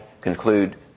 conclude